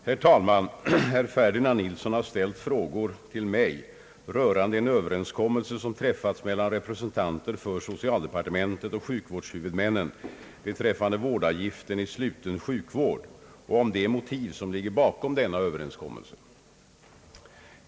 Herr talman! Herr Ferdinand Nilsson har ställt frågor till mig rörande en överenskommelse som träffats mellan representanter för socialdepartementet och sjukvårdshuvudmännen beträffande vårdavgiften i sluten sjukvård och om de motiv som ligger bakom denna överenskommelse.